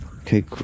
Okay